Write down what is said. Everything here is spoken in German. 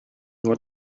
nur